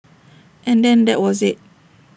and then that was IT